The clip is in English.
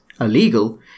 illegal